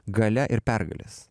galia ir pergalės